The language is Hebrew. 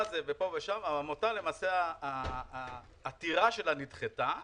העמותה, העתירה שלה נדחתה,